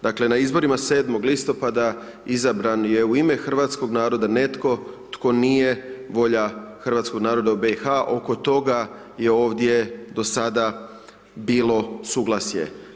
Dakle, na izborima 7. listopada izabran je u ime hrvatskog naroda netko tko nije volja hrvatskog naroda u BiH, oko toga je ovdje do sada bilo suglasje.